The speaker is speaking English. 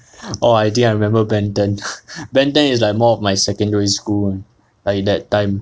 oh I think I remember ben ten ben ten is like more of my secondary school [one] like that time